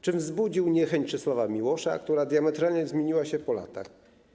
Czym wzbudził niechęć Czesława Miłosza, co diametralnie zmieniło się po latach?